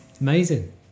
amazing